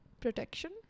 Protection